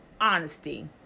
Honesty